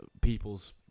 people's